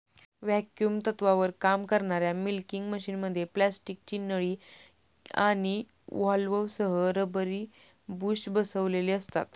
vacuum तत्त्वावर काम करणाऱ्या मिल्किंग मशिनमध्ये प्लास्टिकची नळी आणि व्हॉल्व्हसह रबरी बुश बसविलेले असते